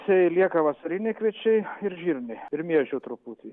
sėjai lieka vasariniai kviečiai ir žirniai ir miežių truputį